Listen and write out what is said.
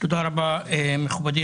תודה רבה מכובדי